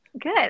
good